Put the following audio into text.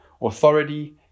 authority